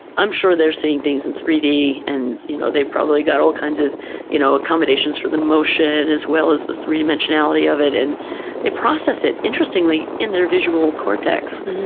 i'm sure they're seeing things in three d, and you know they've probably got all kinds of you know accommodations for the motion as well as the three-dimensionality of it. and they process it, interestingly, in their visual cortex,